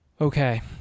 okay